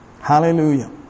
Hallelujah